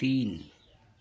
तीन